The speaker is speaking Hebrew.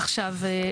עכשיו,